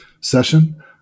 session